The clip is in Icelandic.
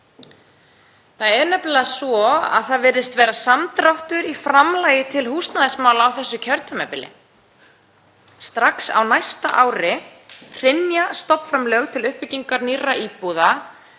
Það er nefnilega svo að það virðist vera samdráttur í framlagi til húsnæðismála á þessu kjörtímabili. Strax á næsta ári hrynja stofnframlög til uppbyggingar nýrra íbúða.